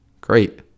Great